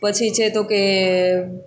પછી છે તો કે